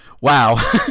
wow